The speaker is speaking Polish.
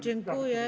Dziękuję.